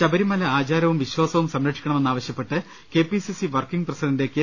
ശബരി മല ആചാരവും വിശ്വാസവും സംരക്ഷിക്കണമെന്നാവശ്യപ്പെട്ട് കെപിസിസി വർക്കിങ് പ്രസിഡന്റ് കെ